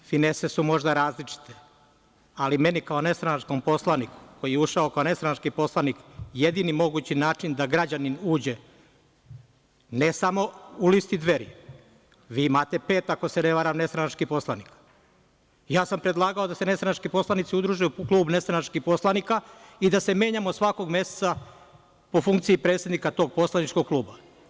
Princip je isti, finese su možda različite ali meni kao nestranačkom poslaniku koji je ušao kao nestranački poslanik, jedini mogući način da građanin uđe, ne samo u listi Dveri, vi imate, ako se ne varam pet nestranačkih poslanika, a ja sam predlagao da se nestranački poslanici udruže u klub nestranačkih poslanika i da se menjamo svakog meseca po funkciji predsednika tog poslaničkog kluba.